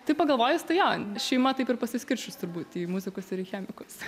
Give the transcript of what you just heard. taip pagalvojus tai jo šeima taip ir pasiskirsčius turbūt į muzikus ir į chemikus